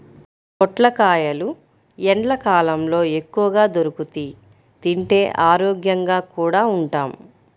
పొట్లకాయలు ఎండ్లకాలంలో ఎక్కువగా దొరుకుతియ్, తింటే ఆరోగ్యంగా కూడా ఉంటాం